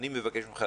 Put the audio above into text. אני מבקש ממך,